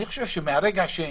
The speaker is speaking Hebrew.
אני חושב שזה